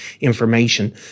information